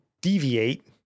deviate